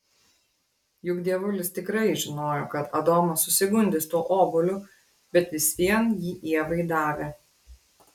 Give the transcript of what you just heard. juk dievulis tikrai žinojo kad adomas susigundys tuo obuoliu bet vis vien jį ievai davė